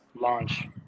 launch